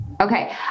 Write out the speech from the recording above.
Okay